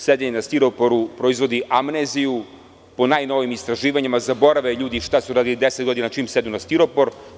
Sedenje na stiroporu, proizvodi amneziju po najnovijim istraživanjima zaborave ljudi šta su radili 10 godina čim sednu na stiropor.